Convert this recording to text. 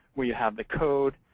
where you have the code.